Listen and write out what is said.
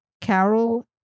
Carol